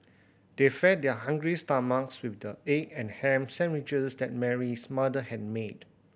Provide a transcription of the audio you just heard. they fed their hungry stomachs with the egg and ham sandwiches that Mary's mother had made